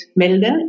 melden